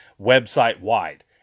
website-wide